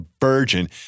virgin